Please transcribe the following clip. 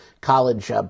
college